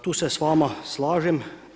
Tu se s vama slažem.